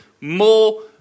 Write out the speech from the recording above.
more